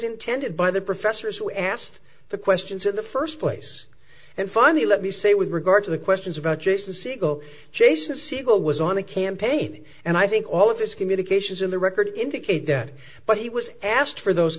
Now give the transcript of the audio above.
intended by the professors who asked the questions in the first place and finally let me say with regard to the questions about jason segel jason segel was on a campaign and i think all of his communications in the record indicate that but he was asked for those